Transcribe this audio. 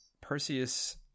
Perseus